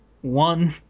one